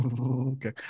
Okay